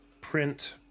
print